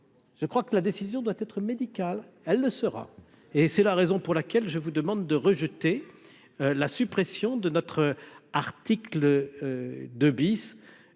je crois que la décision doit être médical, elle le sera, et c'est la raison pour laquelle je vous demande de rejeter la suppression de notre article 2 bis